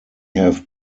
have